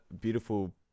Beautiful